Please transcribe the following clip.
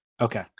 Okay